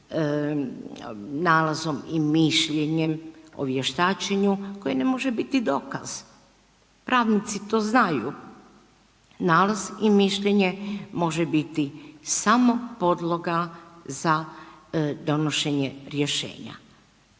nalazom i mišljenjem o vještačenju koji ne može biti dokaz, pravnici to znaju, nalaz i mišljenje može biti samo podloga za donošenje rješenja.